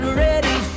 ready